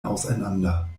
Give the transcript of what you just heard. auseinander